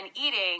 eating